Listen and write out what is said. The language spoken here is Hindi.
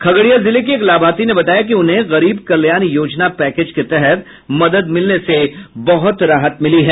खगड़िया जिले की एक लाभार्थी ने बताया कि उन्हें गरीब कल्याण योजना पैकेज के तहत मदद मिलने से बहुत राहत मिली है